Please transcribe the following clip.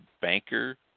banker